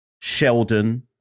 Sheldon